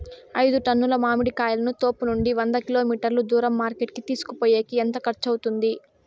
ఐదు టన్నుల మామిడి కాయలను తోపునుండి వంద కిలోమీటర్లు దూరం మార్కెట్ కి తీసుకొనిపోయేకి ఎంత ఖర్చు అవుతుంది?